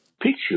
Picture